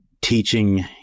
teaching